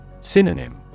Synonym